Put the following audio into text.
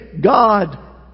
God